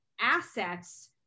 assets